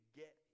get